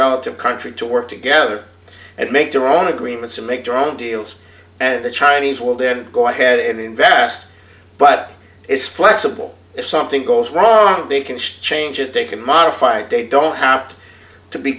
relative country to work together and make their own agreements to make their own deals and the chinese will then go ahead in vast but it's flexible if something goes wrong they can change it they can modify it day don't have to be